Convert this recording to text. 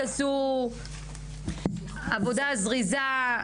תעשו עבודה זריזה,